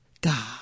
God